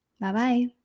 Bye-bye